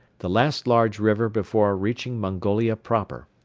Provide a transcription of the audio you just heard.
the last large river before reaching mongolia proper.